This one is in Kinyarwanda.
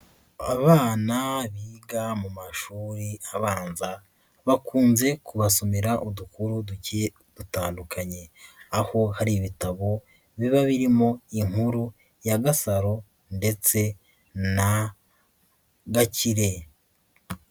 Abana biga mu mashuri abanza bakunze kubasomera udukuru tugiye dutandukanye, aho hari ibitabo biba birimo inkuru ya Gasaro ndetse na Gakire.